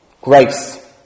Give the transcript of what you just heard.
Grace